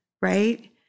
right